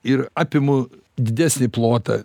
ir apimu didesnį plotą